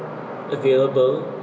available